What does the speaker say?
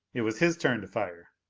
it was his turn to fire.